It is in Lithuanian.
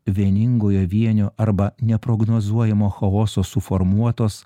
vieningojo vienio arba neprognozuojamo chaoso suformuotos